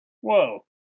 Whoa